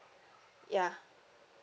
ya